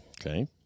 Okay